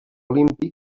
olímpic